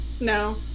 No